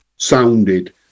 sounded